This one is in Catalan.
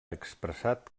expressat